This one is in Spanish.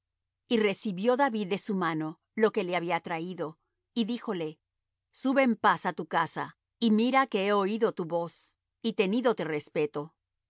y recibió david de su mano lo que le había traído y díjole sube en paz á tu casa y mira que he oído tu voz y tenídote respeto